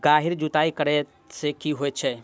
गहिर जुताई करैय सँ की होइ छै?